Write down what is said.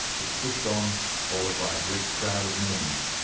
but pushed on, followed by a great crowd of mormons,